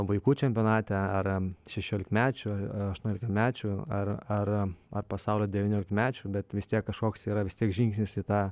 vaikų čempionate ar šešiolikmečių aštuoniolikmečių ar ar ar pasaulio devyniolikmečių bet vis tiek kažkoks yra vis tiek žingsnis į tą